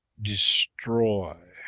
destroy.